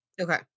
okay